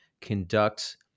conduct